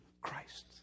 Christ